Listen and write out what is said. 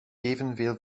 evenveel